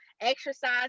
exercise